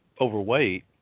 overweight